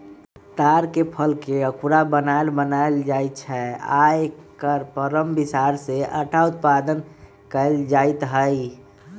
तार के फलके अकूरा बनाएल बनायल जाइ छै आ एकर परम बिसार से अटा उत्पादन कएल जाइत हइ